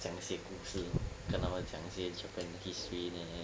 讲一些故事跟他们讲一些 japan 的 history then like that